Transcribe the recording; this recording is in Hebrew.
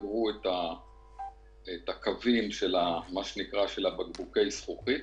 סגרו את הקווים של בקבוקי הזכוכית.